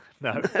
No